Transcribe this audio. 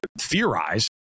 Theorize